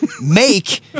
make